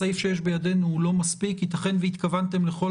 הסעיף שיש בידינו הוא לא מספיק - ייתכן והתכוונתם לכל